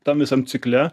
tam visam cikle